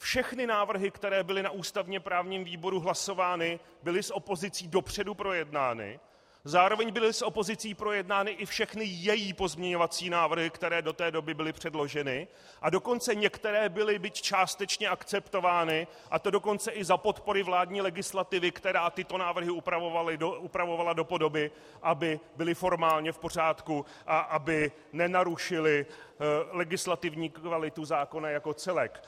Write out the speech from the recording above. Všechny návrhy, které byly na ústavněprávním výboru hlasovány, byly s opozicí dopředu projednány, zároveň byly s opozicí projednány i všechny její pozměňovací návrhy, které do té doby byly předloženy, a dokonce některé byly, byť částečně, akceptovány, a to dokonce i za podpory vládní legislativy, která tyto návrhy upravovala do podoby, aby byly formálně v pořádku a aby nenarušily legislativní kvalitu zákona jako celek.